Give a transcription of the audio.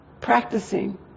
practicing